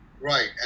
Right